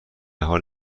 حال